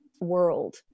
world